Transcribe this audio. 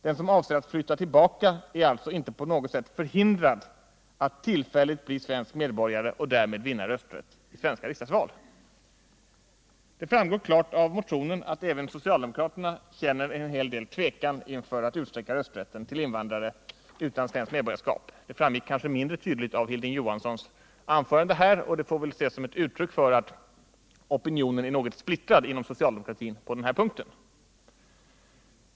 Den som avser att flytta tillbaka är alltså inte på något sätt förhindrad att tillfälligt bli svensk medborgare och därmed vinna rösträtt i svenska riksdagsval. Det framgår klart av motionen att även socialdemokraterna känner en hel del tvekan inför att utsträcka rösträtten till invandrare utan svenskt medborgarskap. Det framgick kanske mindre tydligt av Hilding Johanssons anförande. Det får väl ses som ett uttryck för att opinionen inom socialdemokratin är något splittrad på den här punkten.